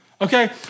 okay